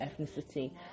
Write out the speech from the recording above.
ethnicity